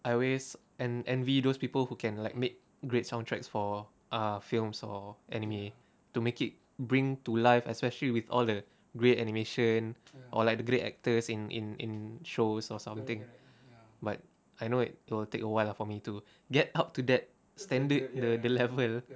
I always en~ envy those people who can like make great soundtracks for ah films or anime to make it bring to life especially with all the great animation or like the great actors in in in shows or something but I know it will take a while for me to get up to that standard the the level